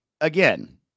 again